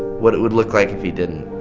what it would look like if he didn't.